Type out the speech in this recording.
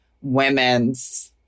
women's